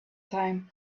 time